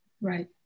Right